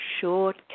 short